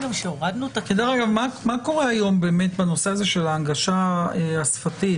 דרך אגב, מה קורה היום בנושא ההנגשה השפתית?